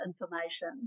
information